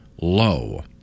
low